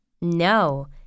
No